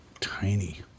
tiny